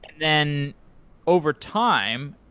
then overtime,